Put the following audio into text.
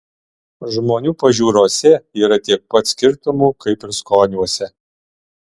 žmonių pažiūrose yra tiek pat skirtumų kaip ir skoniuose